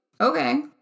Okay